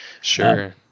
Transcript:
sure